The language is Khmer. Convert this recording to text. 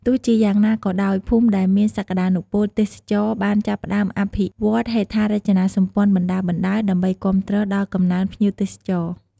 ទោះជាយ៉ាងណាក៏ដោយ ភូមិដែលមានសក្តានុពលទេសចរណ៍បានចាប់ផ្តើមអភិវឌ្ឍហេដ្ឋារចនាសម្ព័ន្ធបណ្តើរៗ ដើម្បីគាំទ្រដល់កំណើនភ្ញៀវទេសចរ។